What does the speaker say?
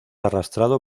arrastrado